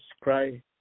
cry